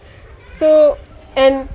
so and